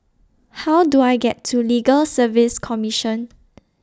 How Do I get to Legal Service Commission